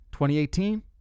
2018